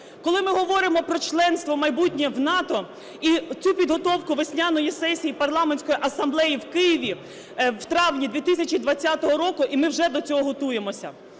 Коли ми говоримо про членство майбутнє в НАТО і цю підготовку весняної сесії Парламентської асамблеї в Києві в травні 2020 року, і ми вже до цього готуємося,